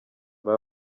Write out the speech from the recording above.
hari